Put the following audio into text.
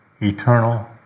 eternal